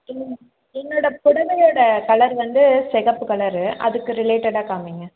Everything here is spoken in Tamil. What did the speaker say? என் என்னோடய புடவையோடய கலர் வந்து சிகப்பு கலரு அதுக்கு ரிலேட்டடாக காமிங்கள்